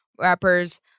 rappers